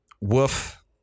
woof